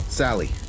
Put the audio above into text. Sally